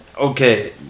Okay